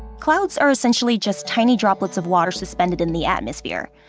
clouds are essentially just tiny droplets of water suspended in the atmosphere.